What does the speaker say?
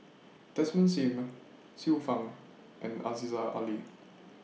Desmond SIM Xiu Fang and Aziza Ali